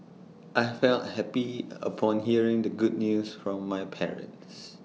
I felt happy upon hearing the good news from my parents